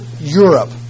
Europe